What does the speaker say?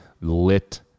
lit